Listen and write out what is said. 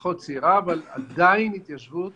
היא פחות צעירה, אבל עדיין התיישבות